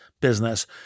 business